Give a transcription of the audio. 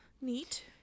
Neat